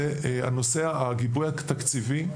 זה הגיבוי התקציבי.